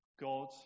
God